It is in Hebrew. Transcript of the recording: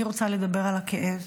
אני רוצה לדבר על הכאב,